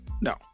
no